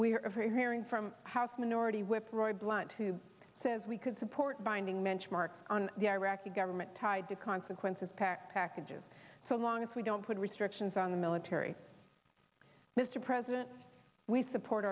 we're hearing from house minority whip roy blunt who says we could support binding mench marks on the iraqi government tied to consequences pact packages so long as we don't put restrictions on the military mr president we support